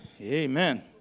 Amen